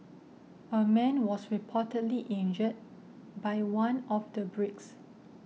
a man was reportedly injured by one of the bricks